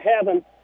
heaven